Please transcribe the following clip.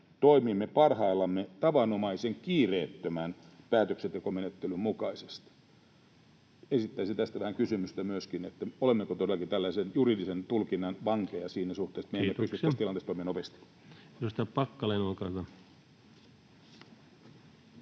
toimimme parhaillamme tavanomaisen kiireettömän päätöksentekomenettelyn mukaisesti. Esittäisin tästä vähän myöskin kysymystä, olemmeko todellakin tällaisen juridisen tulkinnan vankeja siinä suhteessa, että me emme pysty tässä tilanteessa toimimaan nopeasti. Kiitoksia.